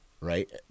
right